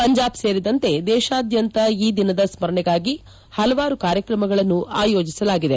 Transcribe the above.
ಪಂಜಾಬ್ ಸೇರಿದಂತೆ ದೇಶಾದ್ವಂತ ಈ ದಿನದ ಸ್ಲರಣೆಗಾಗಿ ಹಲವಾರು ಕಾರ್ಯಕ್ರಮಗಳನ್ನು ಆಯೋಜಿಸಲಾಗಿದೆ